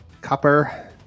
copper